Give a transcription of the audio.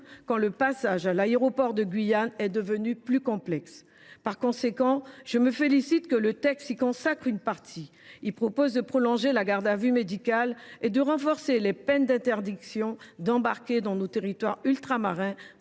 quand le passage à l’aéroport de Guyane est devenu plus complexe. Par conséquent, je me félicite qu’une partie du texte y soit consacrée. Il est proposé de prolonger la garde à vue médicale et de renforcer les peines d’interdiction d’embarquer dans nos territoires ultramarins